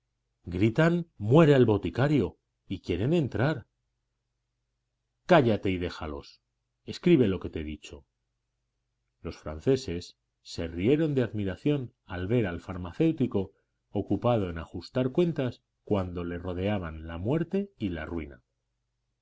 gritan muera el boticario y quieren entrar cállate y déjalos escribe lo que te he dicho los franceses se rieron de admiración al ver al farmacéutico ocupado en ajustar cuentas cuando le rodeaban la muerte y la ruina